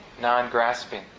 non-grasping